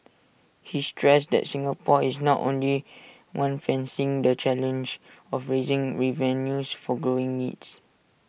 he stressed that Singapore is not only one facing the challenge of raising revenues for growing needs